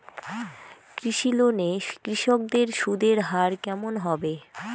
কৃষি লোন এ কৃষকদের সুদের হার কেমন হবে?